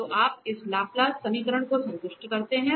तो आप इस लाप्लास समीकरण को संतुष्ट करते हैं